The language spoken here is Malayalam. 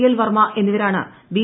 എൽ വർമ്മ എന്നിവരാണ് ബി